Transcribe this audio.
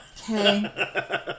Okay